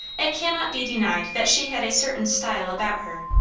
it cannot be denied that she had a certain style about her.